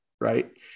Right